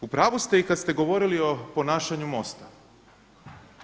U pravu ste i kad ste govorili o ponašanju MOST-a.